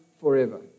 forever